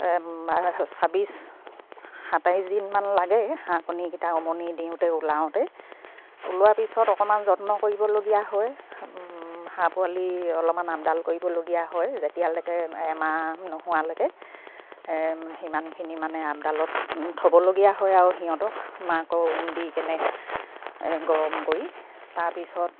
ছাব্বিছ সাতাইছ দিনমান লাগে হাঁহ কণীকিটা উমনি দিওঁতে ওলাওঁতে ওলোৱাৰ পিছত অকমান যত্ন কৰিবলগীয়া হয় হাঁহ পোৱালি অলপমান আপডাল কৰিবলগীয়া হয় যেতিয়ালৈকে এমাহ নোহোৱালৈকে সিমানখিনি মানে আপডালত থ'বলগীয়া হয় আৰু সিহঁতক মাকৰ উম দি কেনে গৰম কৰি তাৰপিছত